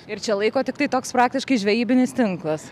ir čia laiko tiktai toks praktiškai žvejybinis tinklas